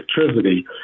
electricity